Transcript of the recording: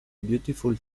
beautiful